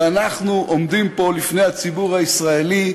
ואנחנו עומדים פה בפני הציבור הישראלי,